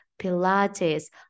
Pilates